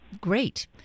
Great